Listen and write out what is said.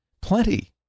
Plenty